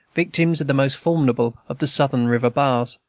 victims of the most formidable of the southern river-bars.